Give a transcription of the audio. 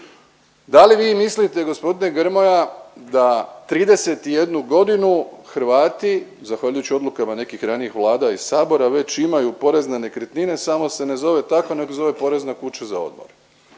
Da li vi mislite, g. Grmoja da 31 godinu Hrvati, zahvaljujući odlukama nekih ranijih vlada i Sabora već imaju porez na nekretnine, samo se ne zove tako nego se zove porez za kuće za odmor?